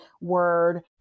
word